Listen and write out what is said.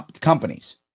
companies